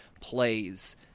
plays